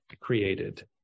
created